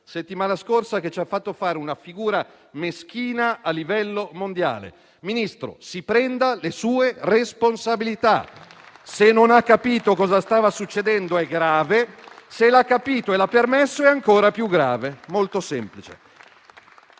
settimana scorsa, che ci ha fatto fare una figura meschina a livello mondiale. Signor Ministro, si prenda le sue responsabilità. Se non ha capito che cosa stava succedendo, è grave. Se l'ha capito e l'ha permesso, è ancora più grave. È molto semplice.